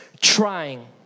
trying